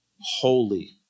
holy